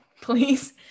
please